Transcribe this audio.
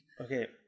Okay